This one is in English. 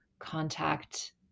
contact